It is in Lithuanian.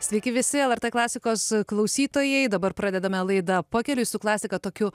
sveiki visi lrt klasikos klausytojai dabar pradedame laidą pakeliui su klasika tokiu